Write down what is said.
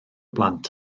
blant